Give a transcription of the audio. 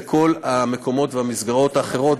לכל המקומות והמסגרות האחרות,